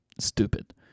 Stupid